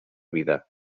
vida